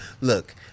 look